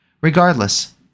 Regardless